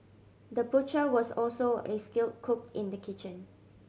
the butcher was also a skill cook in the kitchen